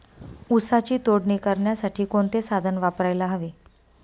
ऊसाची तोडणी करण्यासाठी कोणते साधन वापरायला हवे?